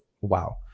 wow